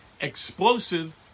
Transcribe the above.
explosive